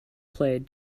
played